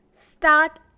start